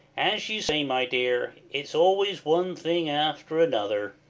as you say, my dear, it's always one thing after another